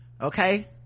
okay